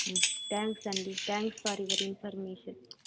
thanks అండి thanks for your information